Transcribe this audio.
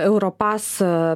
euro pass